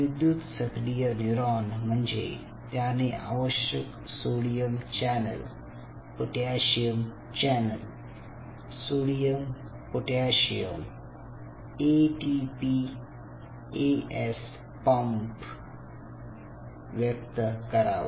विद्युत सक्रिय न्यूरॉन म्हणजे त्याने आवश्यक sodium channel potassium channel sodium potassium ATPase pump व्यक्त करावा